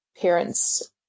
parents